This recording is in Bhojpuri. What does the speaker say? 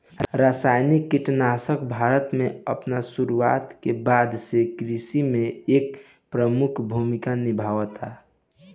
रासायनिक कीटनाशक भारत में अपन शुरुआत के बाद से कृषि में एक प्रमुख भूमिका निभावता